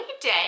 Day